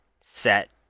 set